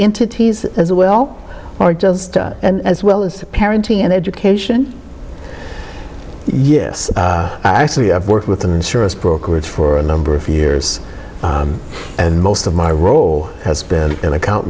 entities as well or just as well as parenting and education yes i actually have worked with an insurance brokerage for a number of years and most of my role has been an account